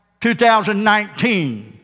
2019